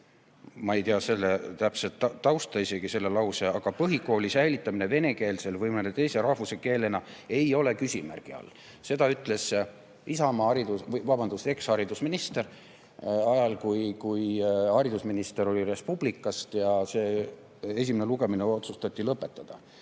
Ma ei tea selle lause täpset tausta, aga põhikooli säilitamine venekeelsena või mõne teise rahvuse keelena ei ole küsimärgi all. Seda ütles Isamaa eksharidusminister ajal, kui haridusminister oli Res Publicast, ja see esimene lugemine otsustati lõpetada